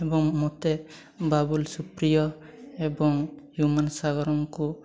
ଏବଂ ମୋତେ ବାବୁଲ ସୁପ୍ରିୟ ଏବଂ ହ୍ୟୁମାନ ସାଗରଙ୍କୁ